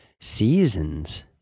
seasons